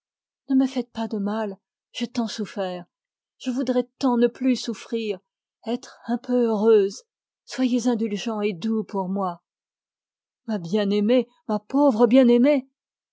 ne me faites pas de mal j'ai tant souffert j'ai tant besoin de n'être plus malheureuse soyez indulgent et doux pour moi ma bien-aimée ma pauvre bien-aimée